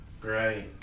Great